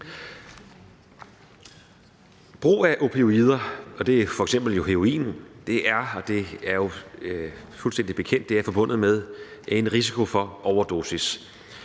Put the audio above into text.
Brug af opioider, og det er f.eks. heroin, er, og det er jo fuldstændig kendt, forbundet med en risiko for overdosis,